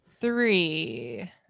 Three